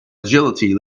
agility